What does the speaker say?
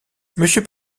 monsieur